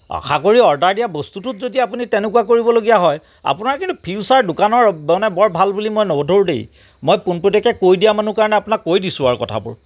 আশা কৰি অৰ্ডাৰ দিয়া বস্তুটোত যদি আপুনি তেনেকুৱা কৰিবলগীয়া হয় আপোনাৰ কিন্তু ফিউচাৰ দোকানৰ বাবে বৰ ভাল বুলি নধৰো দেই মই পোনপটীয়াকৈ কৈ দিয়া মানুহ কাৰণে আপোনাক কৈ দিছোঁ আৰু কথাবোৰ